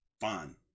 fine